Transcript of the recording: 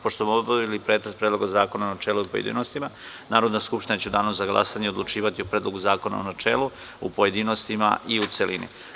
Pošto smo obavili pretres Predloga zakona u načelu i u pojedinostima, Narodna skupština će u danu za glasanje odlučivati o Predlogu zakona u načelu, pojedinostima i u celini.